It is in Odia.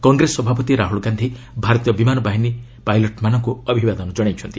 କଂଗ୍ରେସ ସଭାପତି ରାହୁଲ ଗାନ୍ଧି ଭାରତୀୟ ବିମାନ ବାହିନୀ ପାଇଲଟମାନଙ୍କୁ ଅଭିବାଦନ ଜଣାଇଛନ୍ତି